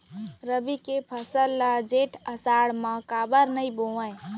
रबि के फसल ल जेठ आषाढ़ म काबर नही बोए?